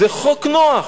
זה חוק נוח,